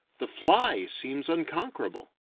the fly seems unconquerable.